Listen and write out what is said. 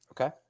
Okay